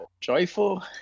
Joyful